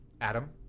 Adam